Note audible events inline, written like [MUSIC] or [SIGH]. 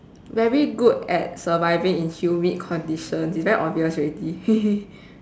very good at surviving in humid conditions it's very obvious already [LAUGHS]